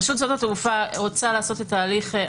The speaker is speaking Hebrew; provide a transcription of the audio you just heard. רשות שדות התעופה רוצה לעשות את התהליך,